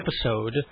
episode